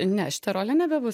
ne šita rolė nebebus